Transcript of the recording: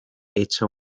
echa